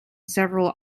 several